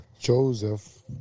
Joseph